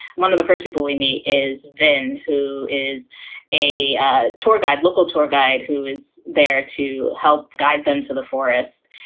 one of the first people we meet is dan, who is a tour guide, local tour guide, who is there to help guide them to the forest.